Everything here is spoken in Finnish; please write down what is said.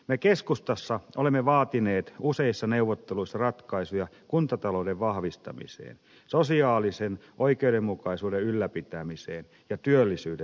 me keskustassa olemme vaatineet useissa neuvotteluissa ratkaisuja kuntatalouden vahvistamiseen sosiaalisen oikeudenmukaisuuden ylläpitämiseen ja työllisyyden tukemiseen